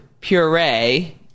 puree